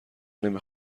نمی